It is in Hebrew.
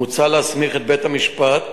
מוצע להסמיך את בית-המשפט